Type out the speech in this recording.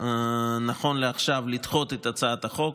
החליטה, נכון לעכשיו, לדחות את הצעת החוק.